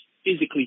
Physically